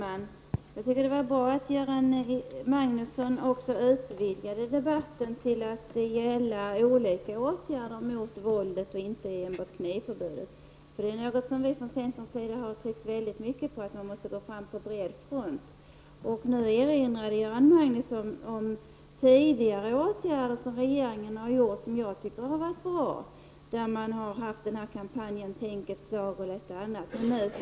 Herr talman! Det var bra att Göran Magnusson utvidgade debatten till att gälla olika åtgärder mot våldet och inte enbart knivförbudet. Det är något som vi från centerns sida har tryckt väldigt mycket på, att man alltså måste gå fram på bred front. Nu erinrade Göran Magnusson om tidigare åtgärder som regeringen har vidtagit, åtgärder som enligt min uppfattning har varit bra. Man har startat kampanjen Tänk ett slag och en del annat.